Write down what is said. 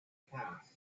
cast